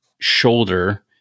shoulder